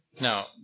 Now